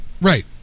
Right